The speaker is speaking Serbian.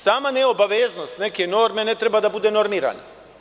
Sama neobaveznost neke norme ne treba da bude normirana.